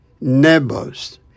neighbors